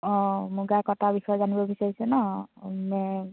অঁ মুগা কটাৰ বিষয়ে জানিব বিচাৰিছে ন